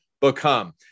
become